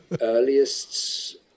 earliest